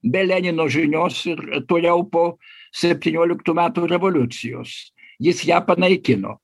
be lenino žinios ir toliau po septynioliktų metų revoliucijos jis ją panaikino